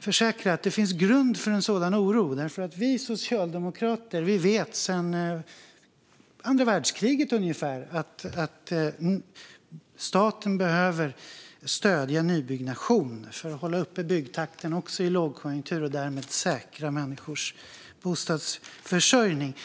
försäkra att det finns grund för en sådan oro därför att vi socialdemokrater vet sedan andra världskriget, ungefär, att staten behöver stödja nybyggnation för att hålla uppe byggtakten också i lågkonjunktur och därmed säkra människors bostadsförsörjning.